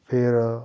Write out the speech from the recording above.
ਫਿਰ